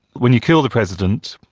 when you kill the president,